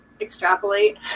extrapolate